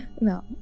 No